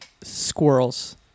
Squirrels